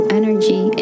energy